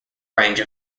range